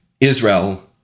Israel